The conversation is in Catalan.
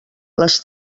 les